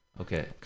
Okay